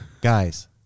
guys